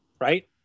right